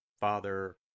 Father